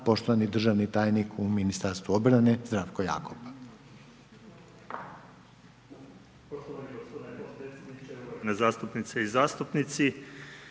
Poštovani državni tajnik u Ministarstvu obrane Zdravko Jakop.